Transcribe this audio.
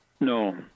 No